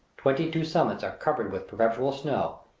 twenty-two summits are covered with perpetual snow,